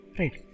right